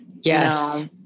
yes